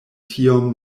tiom